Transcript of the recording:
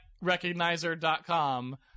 Recognizer.com